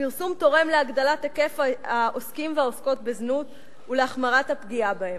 הפרסום תורם להגדלת היקף העוסקים והעוסקות בזנות ולהחמרת הפגיעה בהם.